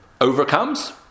overcomes